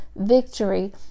victory